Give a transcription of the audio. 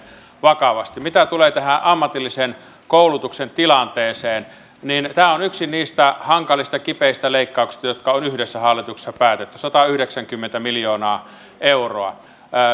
vakavasti mitä tulee tähän ammatillisen koulutuksen tilanteeseen niin tämä on yksi niistä hankalista ja kipeistä leikkauksista jotka on yhdessä hallituksessa päätetty satayhdeksänkymmentä miljoonaa euroa